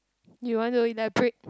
you want to elaborate